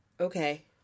Okay